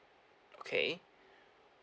okay